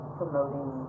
promoting